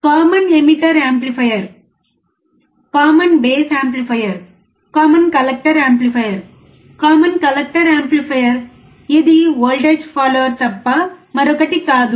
common emitter amplifier common base amplifier common collector amplifier common collector amplifier ఇది voltage follower తప్ప మరొకటి కాదు